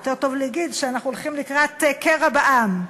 יותר טוב להגיד שאנחנו הולכים לקראת קרע בעם.